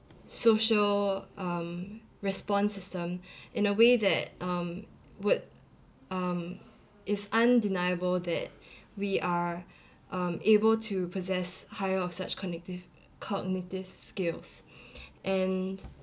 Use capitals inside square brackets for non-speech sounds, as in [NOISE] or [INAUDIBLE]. social um response system [BREATH] in a way that um would um is undeniable that [BREATH] we are um able to possess higher of such cognitive cognitive skills [BREATH] and